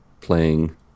playing